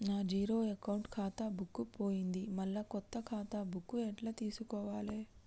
నా zero account ఖాతా book పోయింది మళ్ళా కొత్త ఖాతా బుక్కు ఎట్ల తీసుకోవాలే?